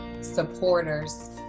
supporters